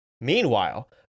Meanwhile